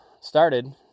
started